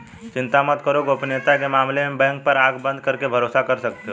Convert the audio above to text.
चिंता मत करो, गोपनीयता के मामले में बैंक पर आँख बंद करके भरोसा कर सकते हो